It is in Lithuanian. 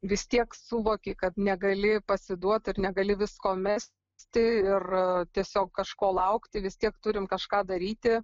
vis tiek suvoki kad negali pasiduot ir negali visko mesti ir tiesiog kažko laukti vis tiek turim kažką daryti